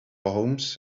homes